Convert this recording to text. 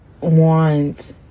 want